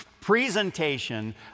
presentation